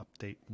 Update